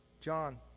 John